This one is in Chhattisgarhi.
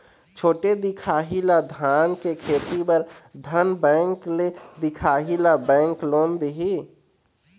छोटे दिखाही ला धान के खेती बर धन बैंक ले दिखाही ला बैंक लोन दिही?